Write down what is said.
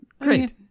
Great